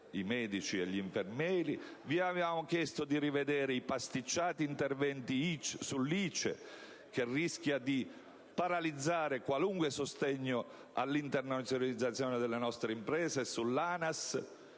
i medici e gli infermieri. Vi avevamo chiesto di rivedere i pasticciati interventi sull'ICE, che rischia di paralizzare qualunque sostegno all'internazionalizzazione delle imprese e sull'ANAS.